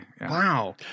Wow